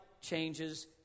changes